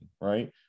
right